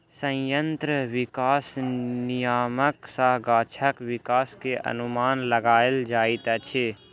संयंत्र विकास नियामक सॅ गाछक विकास के अनुमान लगायल जाइत अछि